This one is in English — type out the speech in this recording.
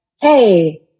Hey